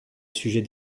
sujet